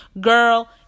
girl